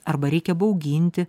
arba reikia bauginti